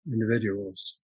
individuals